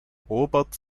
robert